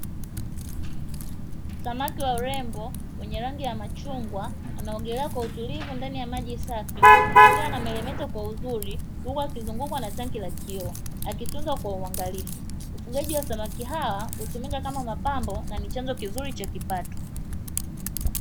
Samaki wa urembo wenye rangi ya machungwa wanaogelea kw autulivu ndani ya maji safi, akiwa anamelemeta kwa uzuri huku akizungukw ana tanki la kioo akitunzwa kwa uangalifu, ufugaji wa samaki hawa hutumika kama mapambo na ni chanzo kizuri cha kipato.